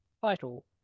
title